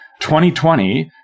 2020